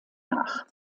nach